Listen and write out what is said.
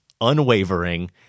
unwavering